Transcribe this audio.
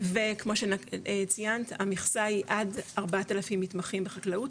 וכמו שציינת המכסה היא עד 4,000 מתמחים בחקלאות,